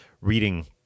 reading